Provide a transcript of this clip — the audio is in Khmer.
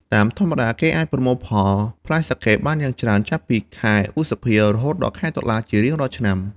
តាមធម្មតា គេអាចប្រមូលផលផ្លែសាកេបានយ៉ាងច្រើនចាប់ពីខែឧសភា រហូតដល់ខែតុលាជារៀងរាល់ឆ្នាំ។